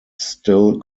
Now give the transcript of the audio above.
still